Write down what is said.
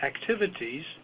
activities